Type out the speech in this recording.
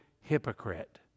hypocrite